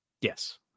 Yes